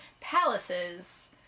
palaces